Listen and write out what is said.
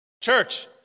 Church